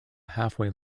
halfway